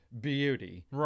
beauty